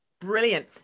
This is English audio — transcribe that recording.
Brilliant